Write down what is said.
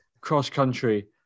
cross-country